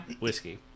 whiskey